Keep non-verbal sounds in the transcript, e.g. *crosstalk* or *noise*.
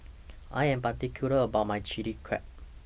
*noise* I Am particular about My Chili Crab